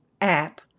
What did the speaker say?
app